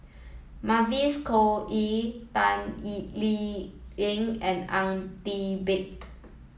Mavis Khoo Oei Ban Lee Leng and Ang Teck Bee